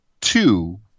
two